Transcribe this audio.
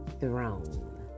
Throne